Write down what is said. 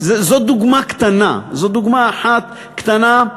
זאת דוגמה אחת קטנה,